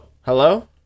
Hello